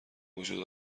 وجود